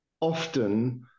often